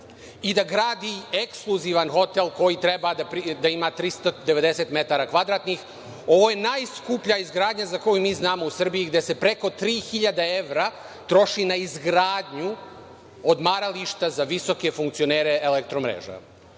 i da gradi ekskluzivan hotel koji treba da ima 390 metara kvadratnih. Ovo je najskuplja izgradnja za koju mi znamo u Srbiji, gde se preko 3.000 evra troši na izgradnju odmarališta za visoke funkcionere Elektromreža.